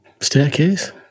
Staircase